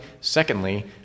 Secondly